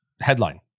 headline